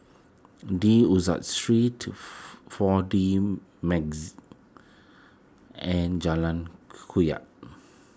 De Street four D and Jalan